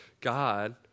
God